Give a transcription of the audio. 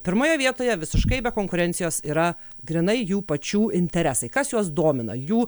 pirmoje vietoje visiškai be konkurencijos yra grynai jų pačių interesai kas juos domina jų